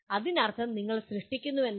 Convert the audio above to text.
അതിനർത്ഥം നിങ്ങൾ സൃഷ്ടിക്കുന്നുവെന്നാണ്